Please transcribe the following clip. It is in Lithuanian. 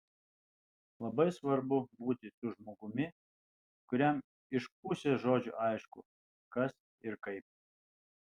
labai svarbu būti su žmogumi kuriam iš pusės žodžio aišku kas ir kaip